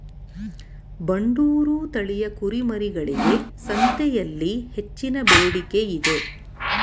ಬಂಡೂರು ತಳಿಯ ಕುರಿಮರಿಗಳಿಗೆ ಸಂತೆಯಲ್ಲಿ ಹೆಚ್ಚಿನ ಬೇಡಿಕೆ ಇದೆ